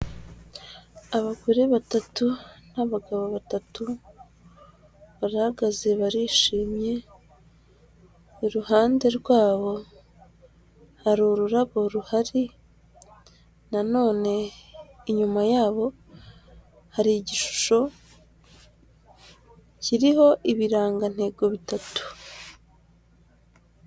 Abagore batatu n'abagabo batatu barahagaze barishimye. Iruhande rwabo hari ururabo ruhari. Nanone inyuma yabo hari igishusho kiriho ibirangantego bitatu.